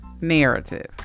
narrative